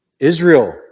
Israel